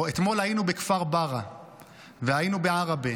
אתמול היינו בכפר ברא והיינו בעראבה,